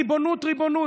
ריבונות, ריבונות.